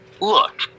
Look